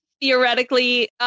theoretically